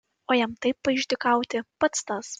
o jam taip paišdykauti pats tas